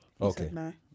Okay